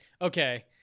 Okay